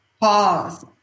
pause